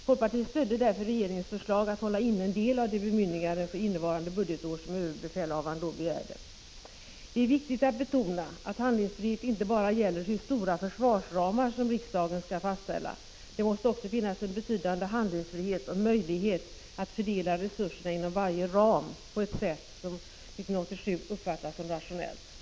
Folkpartiet stödde därför regeringens förslag att hålla inne en del av de bemyndiganden för innevarande budgetår som överbefälhavaren då begärde. Det är viktigt att betona att handlingsfrihet inte bara gäller hur stora försvarsramar som riksdagen skall kunna fastställa. Det måste också finnas en betydande handlingsfrihet och möjlighet att fördela resurserna inom varje ram på ett sätt som 1987 uppfattas som rationellt.